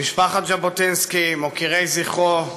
משפחת ז'בוטינסקי, מוקירי זכרו,